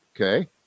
Okay